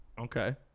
Okay